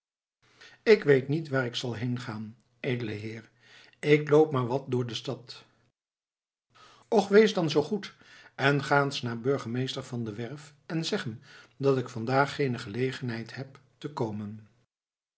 ik weet niet waar ik zal heengaan edele heer ik loop maar wat door de stad och wees dan zoo goed en ga eens naar burgemeester van der werff en zeg hem dat ik vandaag geene gelegenheid heb te komen